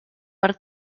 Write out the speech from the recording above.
per